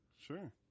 Sure